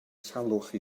salwch